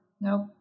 Nope